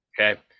okay